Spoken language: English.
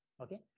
okay